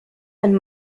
ein